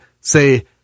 say